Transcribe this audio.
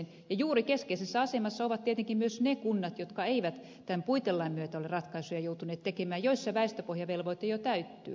ja juuri keskeisessä asemassa ovat tietenkin myös ne kunnat jotka eivät tämän puitelain myötä ole ratkaisuja joutuneet tekemään joissa väestöpohjavelvoite jo täyttyy